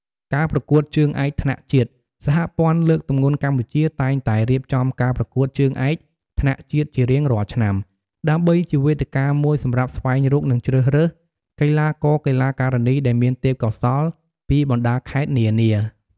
ការប្រកួតជើងឯកថ្នាក់ជាតិ សហព័ន្ធលើកទម្ងន់កម្ពុជា តែងតែរៀបចំការប្រកួតជើងឯកថ្នាក់ជាតិជារៀងរាល់ឆ្នាំ ដើម្បីជាវេទិកាមួយសម្រាប់ស្វែងរក និងជ្រើសរើស កីឡាករ-កីឡាការិនីដែលមានទេពកោសល្យ ពីបណ្ដាខេត្តនានា។